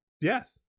Yes